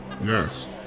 Yes